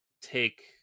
take